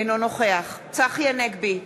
אינו נוכח צחי הנגבי,